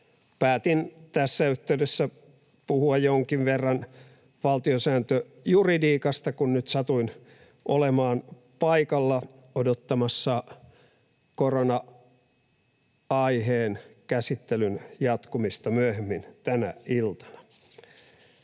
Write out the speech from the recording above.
Päätin tässä yhteydessä puhua jonkin verran valtiosääntöjuridiikasta, kun nyt satuin olemaan paikalla odottamassa korona-aiheen käsittelyn jatkumista myöhemmin tänä iltana.